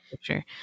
Sure